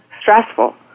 stressful